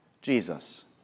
Jesus